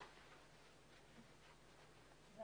הישיבה ננעלה בשעה 14:30.